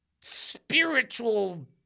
spiritual